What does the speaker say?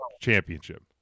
championship